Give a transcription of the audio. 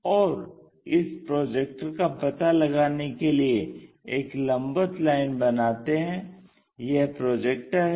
और इस प्रोजेक्टर का पता लगाने के लिए एक लम्बवत लाइन बनाते हैं यह प्रोजेक्टर है